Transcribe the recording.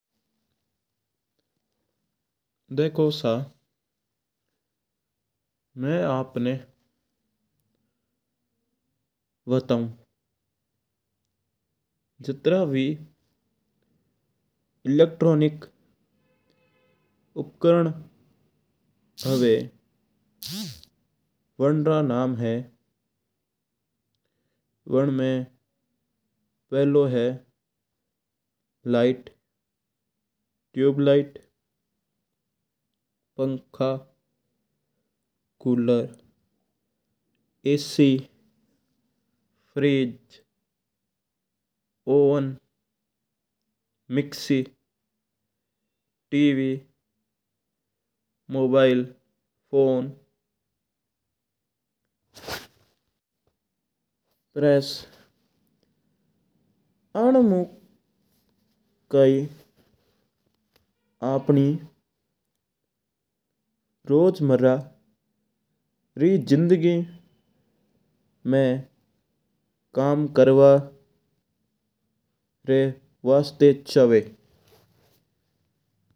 देखो सा हुकम मैं आपणा वटू जातरा भी इलेक्ट्रॉनिक उपकरण्हुं हुवा। वणरां नाम है वण मं पहलो है लाइट, ट्यूबलाइट, पंखो, cooler AC, fridge, oven, mixie, TV, mobile phone, press आनमो कई आपणी रोजमर्रा री जिंदगी रा काम करवा वास्ता चावं है।